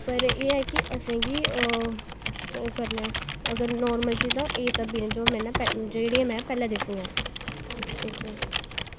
फिर एह् ऐ कि असेंगी ओह् करने लोड़चे जेह्ड़े में पैह्लें दस्सियां अच्छा